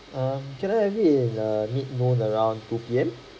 err can I have it in err mid noon around two P_M